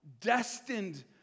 destined